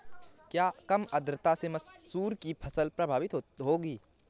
क्या कम आर्द्रता से मसूर की फसल प्रभावित होगी?